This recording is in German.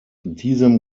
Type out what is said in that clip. diesem